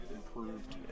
improved